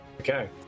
Okay